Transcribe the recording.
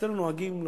אצלנו נוהגים,